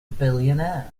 billionaire